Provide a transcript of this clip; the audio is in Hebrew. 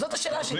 זאת השאלה שלי.